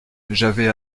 j’avais